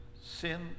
sin